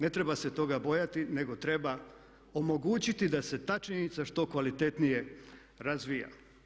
Ne treba se toga bojati, nego treba omogućiti da se ta činjenica što kvalitetnije razvija.